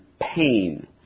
pain